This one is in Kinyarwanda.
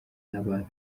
n’abantu